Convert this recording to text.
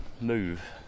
move